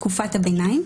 תקופת הביניים),